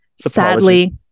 sadly